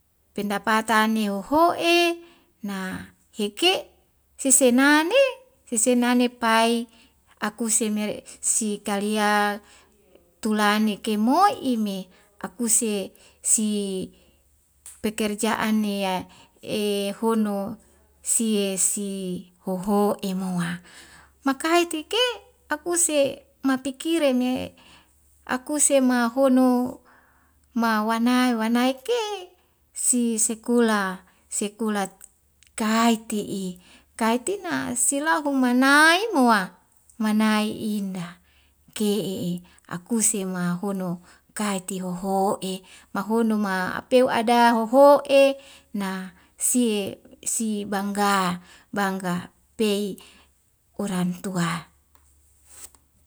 Pendapatan ne hoho'e na heke' sesenane sesenane pai akuse mele sikali a tulane ke mo'ime akuse sie pekerjaan ni e e hono sie si hoho'e moa makai tike akuse mapi kire me akuse mahono mawanai wanai ke si sekola sekola kaiti;i kaitina silau homa nai moa manai indah ke'ee akuse mahono kaiti hoho'e mahono ma apeu ada hoho'e na sie sie bangga bangga pei oran tua